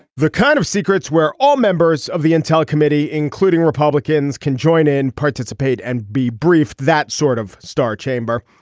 the kind of secrets where all members of the intel committee including republicans can join and participate and be briefed. that sort of star chamber.